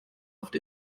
oft